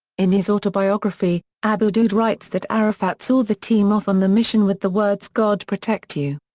in his autobiography, abu daoud writes that arafat saw the team off on the mission with the words god protect you.